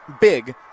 big